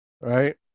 right